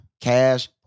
Cash